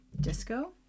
disco